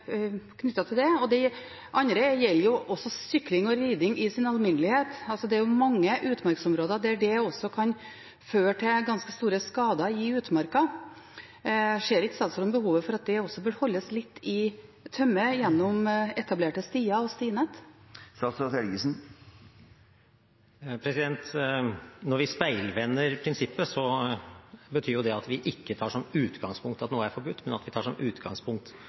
til det? Det andre gjelder sykling og riding i sin alminnelighet. Det er jo mange utmarksområder der det også kan føre til ganske store skader i utmarka. Ser ikke statsråden behov for at det også bør holdes litt i tømme, gjennom etablerte stier og stinett? Når vi speilvender prinsippet, betyr det at vi ikke tar som utgangspunkt at noe er forbudt, men at vi tar som utgangspunkt